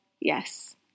yes